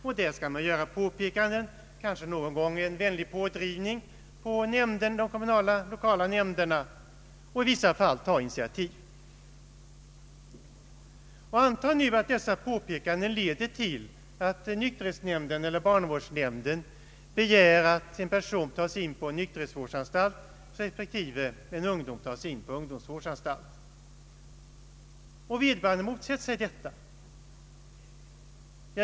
Länsstyrelsen skall göra påpekanden till, kanske någon gång en vänlig påtryckning på, de kommunala nämnderna och i vissa fall ta initiativ. Antag nu att dessa påpekanden leder till att nykterhetsnämnden eller barnavårdsnämnden begär att en person tas in på en nykterhetsvårdsanstalt eller en ungdom tas in på en ungdomsvårdsanstalt och vederbörande motsätter sig detta.